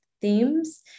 themes